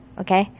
okay